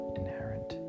inherent